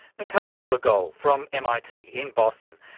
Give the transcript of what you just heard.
natalia rigol from mit in boston,